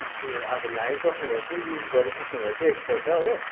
ए अब लगाइ सक्नु भएछ युज गरिसक्नु भएछ एकपल्ट हो